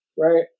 right